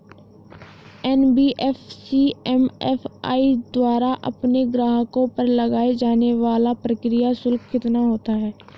NBFC MFI द्वारा अपने ग्राहकों पर लगाए जाने वाला प्रक्रिया शुल्क कितना होता है?